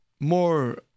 more